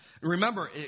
Remember